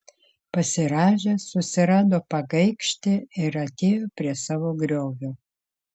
pasirąžęs susirado pagaikštį ir atėjo prie savo griovio